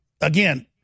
again